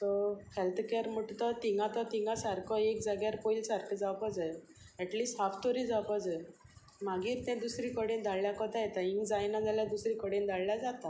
so health care म्हटा तो तिंगा तो तिंगा सारको एक जाग्यार पयली सारको जावपा जाय एटलिस्ट हाफ तरी जावपा जाय मागीर तें दुसरे कडेन धाडल्या कोता येता हिंग जायना जाल्या दुसरे कडेन धाडल्या जाता